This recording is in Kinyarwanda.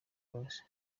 bose